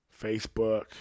facebook